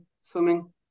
swimming